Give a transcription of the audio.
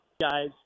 guys